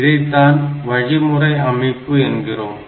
இதைத்தான் வழிமுறை அமைப்பு என்கிறோம்